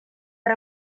per